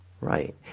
Right